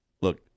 Look